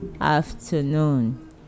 afternoon